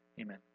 Amen